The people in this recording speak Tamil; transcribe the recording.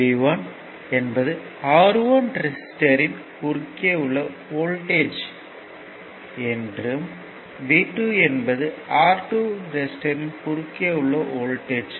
V1 என்பது R1 ரெசிஸ்டர்யின் குறுக்கே உள்ள வோல்ட்டேஜ் என்றும் V2 என்பது R2 ரெசிஸ்டர்யின் குறுக்கே உள்ள வோல்ட்டேஜ் ஆகும்